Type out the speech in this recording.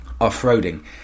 off-roading